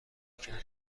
کرد